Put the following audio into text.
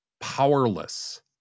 powerless